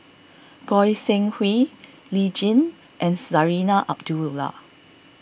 Goi Seng Hui Lee Tjin and Zarinah Abdullah